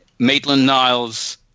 Maitland-Niles